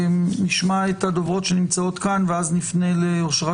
שנשמע את הדוברות שנמצאות כאן ואז נפנה לאושרת